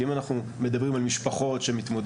כי אם אנחנו מדברים על משפחות שמתמודדות